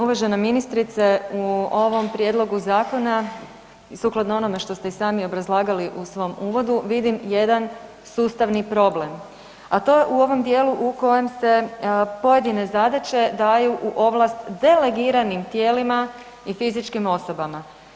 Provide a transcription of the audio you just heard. Uvažena ministrice, u ovom prijedlogu zakona i sukladno onome što ste i sami obrazlagali u svom uvodu vidim jedan sustavni problem, a to je u ovom dijelu u kojem se pojedine zadaće daju u ovlast delegiranim tijelima i fizičkim osobama.